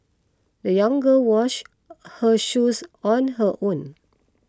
the young girl wash her shoes on her own